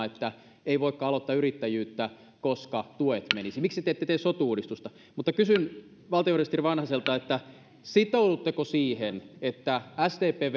että ei voikaan aloittaa yrittäjyyttä koska tuet menisivät miksi te ette tee sotu uudistusta kysyn valtiovarainministeri vanhaselta sitoudutteko siihen että sdpn